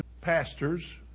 pastors